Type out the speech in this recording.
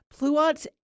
Pluots